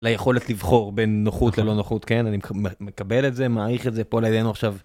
ליכולת לבחור בין נוחות ללא נוחות כן אני מקבל את זה מעריך את זה פה לידינו עכשיו.